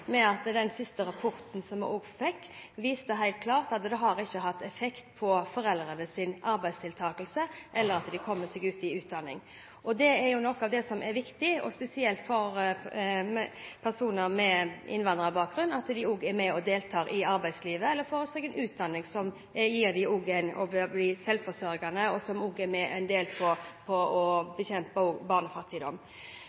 det ikke har hatt effekt på foreldrenes arbeidsdeltakelse eller at de kommer seg ut i utdanning. Det er jo noe av det som er viktig, spesielt for personer med innvandrerbakgrunn, at de også deltar i arbeidslivet eller får seg en utdanning som gjør dem selvforsørgende og er med på å bekjempe barnefattigdom. Jeg er veldig glad for at vi i samarbeid med både Venstre og Kristelig Folkeparti i revidert nasjonalbudsjett klarte å